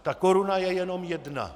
Ta koruna je jenom jedna.